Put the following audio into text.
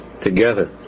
together